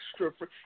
extra